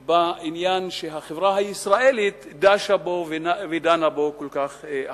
בעניין שהחברה הישראלית דשה בו ודנה בו כל כך הרבה.